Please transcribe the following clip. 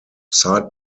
side